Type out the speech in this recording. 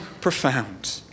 profound